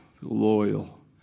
loyal